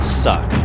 suck